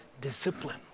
discipline